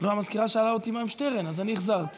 המזכירה שאלה אותי מה עם שטרן, אז אני החזרתי.